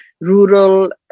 rural